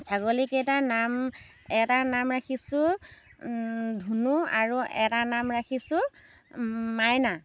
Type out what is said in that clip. ছাগলীকেইটাৰ নাম এটাৰ নাম ৰাখিছোঁ ধুনু আৰু এটাৰ নাম ৰাখিছোঁ মাইনা